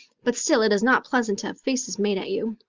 but still it is not pleasant to have faces made at you.